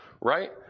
Right